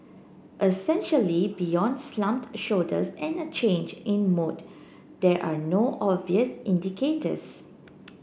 essentially beyond slumped shoulders and a change in mood there are no obvious indicators